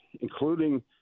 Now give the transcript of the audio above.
including